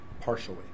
partially